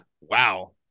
Wow